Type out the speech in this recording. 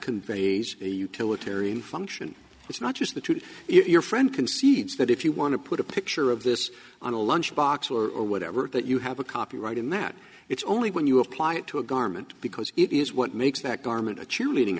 be a utilitarian function it's not just the truth if your friend concedes that if you want to put a picture of this on a lunch box or whatever that you have a copyright in that it's only when you apply it to a garment because it is what makes that garment a cheerleading